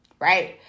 Right